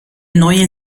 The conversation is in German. neue